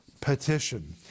petition